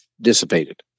dissipated